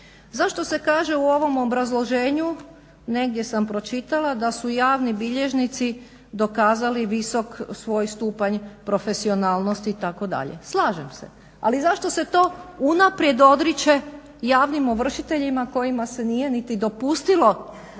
Zašto se kaže u ovom obrazloženju negdje sam pročitala da su javni bilježnici dokazali visok svoj stupanj profesionalnosti itd.? Slažem se, ali zašto se to unaprijed odriče javnim ovršiteljima kojima se nije niti dopustilo